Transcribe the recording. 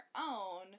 own